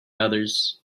others